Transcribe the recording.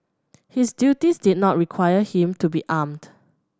his duties did not require him to be armed